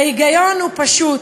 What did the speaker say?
ההיגיון הוא פשוט: